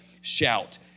shout